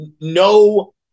no